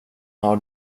har